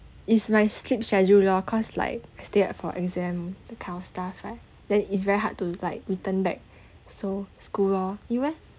it's my sleep schedule loh cause like stay up for exam that kind of stuff right then it's very hard to like return back so school lor you eh